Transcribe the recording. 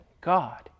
God